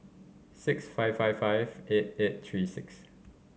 six five five five eight eight three six